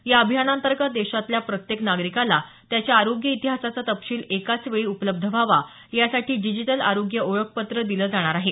या अभियानाअंतर्गत देशातल्या प्रत्येक नागरिकाला त्याच्या आरोग्य इतिहासाचा तपशील एकाच वेळी उलपब्ध व्हावा यासाठी डिजीटल आरोग्य आेळखपत्र दिलं जाणार आहे